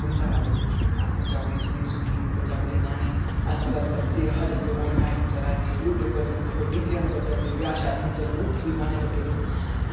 कोई स्हाब निं अस पंजाबी सुनी सुनी पंजाबी दे गाने अज्जकल बच्चे हर इक आनलाइन चला दे यूट्यूब पर दिक्खो डीजियां नू बज्जा दे ब्याह् शादियें चली जाओ उत्थें बी चला दे